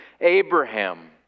Abraham